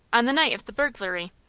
on the night of the burglary.